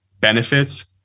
benefits